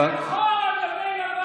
שחור על גבי לבן.